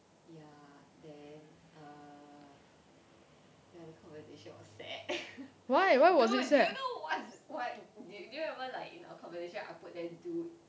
ya then err ya the conversation was sad dude do you know what's what do you remember like in our conversation I put there dude